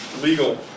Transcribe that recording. legal